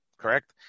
Correct